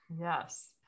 Yes